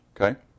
Okay